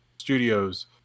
studios